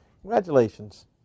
Congratulations